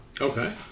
Okay